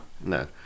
No